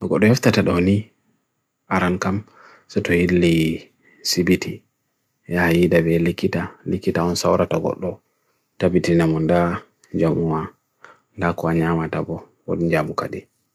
Bukodu hefta tad honi arankam sutwe idli CBT Yahiyi dawe likita, likita on saura togoklu Dabiti na munda jamua, naku anyama tabo, kodin jamukade